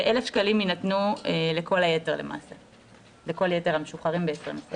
ו-1,000 שקלים יינתנו לכל יתר המשוחררים ב-2020.